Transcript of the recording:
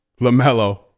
LaMelo